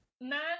Man